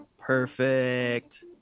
Perfect